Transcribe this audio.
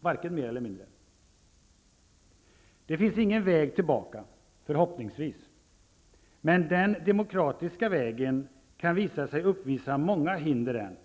varken mer eller mindre. Det finns -- förhoppningsvis -- ingen väg tillbaka. Men den demokratiska vägen kan komma att uppvisa många hinder än.